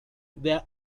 there